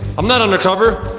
i'm not undercover.